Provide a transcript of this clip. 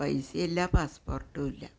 പൈസേം ഇല്ല പാസ്സ്പോർട്ടും ഇല്ല